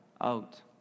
out